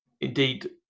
indeed